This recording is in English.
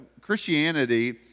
Christianity